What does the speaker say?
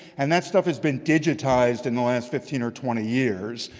and that stuff has been digitized in the last fifteen or twenty years.